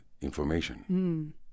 information